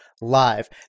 live